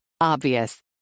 Obvious